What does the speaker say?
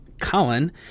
Colin